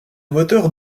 moteur